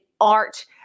art